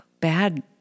bad